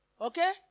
Okay